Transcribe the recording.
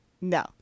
no